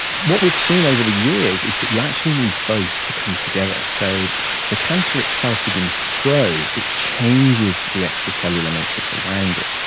what we've seen over the years is that you actually need both to come together. so the cancer itself begins to grow, it changes the extracellular matrix around it.